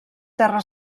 terra